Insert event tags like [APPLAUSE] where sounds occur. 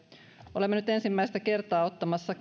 olemme nyt ensimmäistä kertaa ottamassa [UNINTELLIGIBLE]